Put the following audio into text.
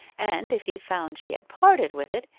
and if he found she had parted with it,